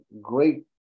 great